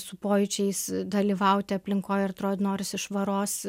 su pojūčiais dalyvauti aplinkoj ir atrodo norisi švaros